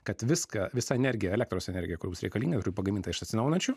kad viską visa energija elektros energija kuri bus reikalinga pagaminta iš atsinaujinančių